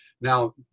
Now